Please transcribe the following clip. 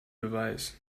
beweis